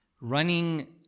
running